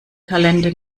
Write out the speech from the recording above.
talente